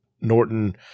Norton